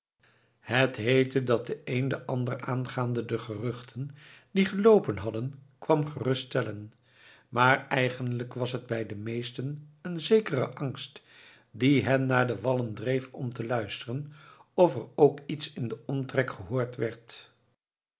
het heette dat de een den ander aangaande de geruchten die geloopen hadden kwam gerust stellen maar eigenlijk was het bij de meesten een zekere angst die hen naar de wallen dreef om te luisteren of er ook iets in den omtrek gehoord werd